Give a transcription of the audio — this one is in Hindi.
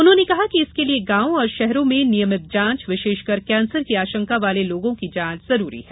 उन्होंने कहा कि इसके लिए गांव और शहरों में नियमित जांच विशेषकर कैंसर की आशंका वाले लोगों की जांच जरूरी है